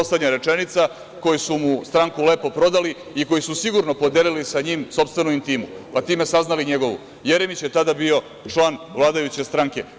Poslednja rečenica, koji su mu stranku lepo prodali i koji su sigurno podelili sa njim sopstvenu intimu, pa time saznali njegovu, Jeremić je bio tada član vladajuće stranke.